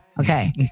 okay